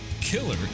killer